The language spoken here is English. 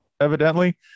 evidently